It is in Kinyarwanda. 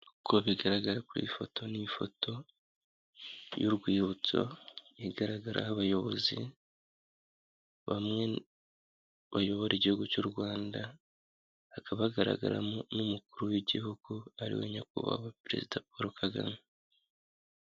Uko bigaragara kuri iyi ifoto, ni ifoto y'urwibutso igaragaho abayobozi bamwe bayobora igihugu cy'u Rwanda, hakaba kagaragaramo n'umukuru w'igihugu ari we nyakubahwa perezida Paul Kagame.